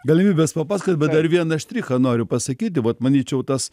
galimybės papasakot bet dar vieną štrichą noriu pasakyti vat manyčiau tas